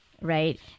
right